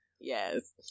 Yes